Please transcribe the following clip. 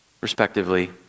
respectively